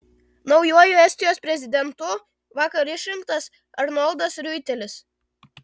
naujuoju estijos prezidentu vakar išrinktas arnoldas riuitelis